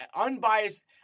unbiased